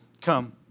come